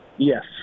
Yes